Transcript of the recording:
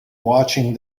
watching